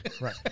Right